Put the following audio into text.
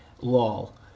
Lol